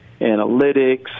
analytics